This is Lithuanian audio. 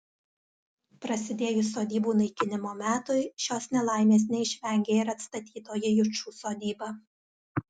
prasidėjus sodybų naikinimo metui šios nelaimės neišvengė ir atstatytoji jučų sodyba